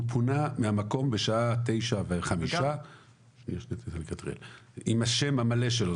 הוא פונה מהמקום בשעה 9:05 עם השם המלא שלו,